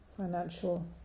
Financial